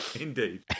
indeed